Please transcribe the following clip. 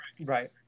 right